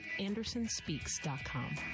andersonspeaks.com